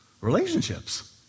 Relationships